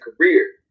career